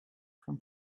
from